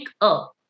up